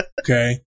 Okay